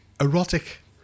erotic